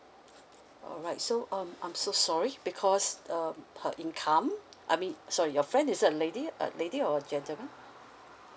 all right so um I'm so sorry because um her income I mean sorry your friend is it a lady a lady or a gentleman